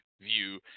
view